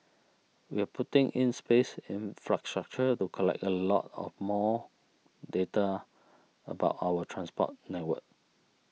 we're putting in place infrastructure to collect a lot of more data about our transport network